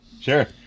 Sure